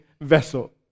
vessel